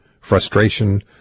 frustration